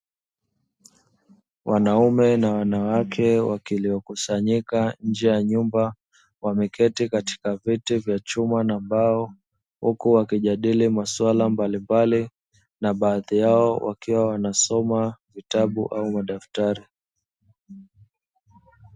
Wanaume na wanawake waliokusanyika nje ya nyumba wameketi katika viti vya chuma na mbao huku wakijadili masuala mbalimbali, na baadhi yao wakiwa wanasoma vitabu au madafutari.